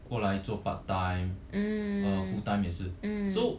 过来做 part time uh full time 也是 so